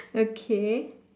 okay